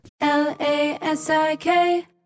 L-A-S-I-K